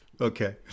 Okay